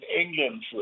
England